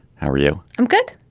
how are you. i'm good.